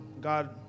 God